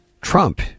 Trump